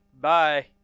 Bye